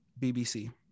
BBC